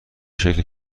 شکل